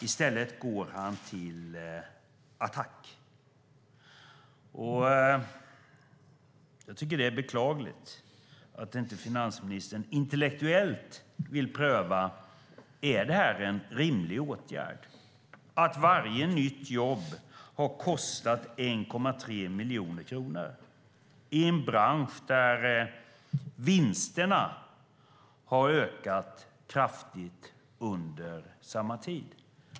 I stället går han till attack. Jag tycker att det är beklagligt att finansministern inte vill pröva intellektuellt om det är en rimlig åtgärd att varje nytt jobb har kostat 1,3 miljoner kronor i en bransch där vinsterna ökat kraftigt under samma tid.